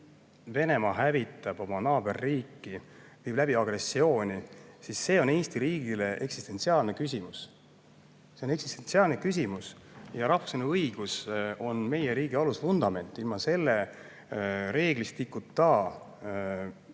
Venemaa hävitab oma naaberriiki, viib läbi agressiooni, siis see on Eesti riigile eksistentsiaalne küsimus. See on eksistentsiaalne küsimus ja rahvusvaheline õigus on meie riigi alusvundament. Ilma selle reeglistikuta,